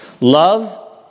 Love